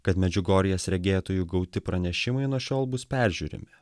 kad medžiugorjės regėtojų gauti pranešimai nuo šiol bus peržiūrimi